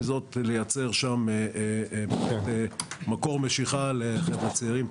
זאת לייצר שם מקור משיכה לחבר'ה צעירים.